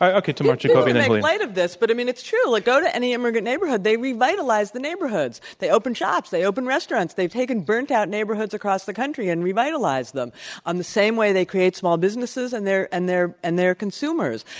okay, tamar jacoby then julian. you kind of this, but i mean, it's true. go to any immigrant neighborhood, they revitalize the neighborhoods. they open shops. they open restaurants. they've taken burnt out neighborhoods across the country and revitalized them on the same way they create small businesses, and they're and they're and they're consumers.